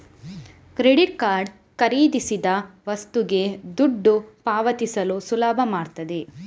credit card ಖರೀದಿಸಿದ ವಸ್ತುಗೆ ದುಡ್ಡು ಪಾವತಿಸಲು ಸುಲಭ ಮಾಡ್ತದೆ